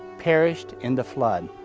perished in the flood.